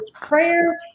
prayer